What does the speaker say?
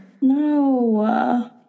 No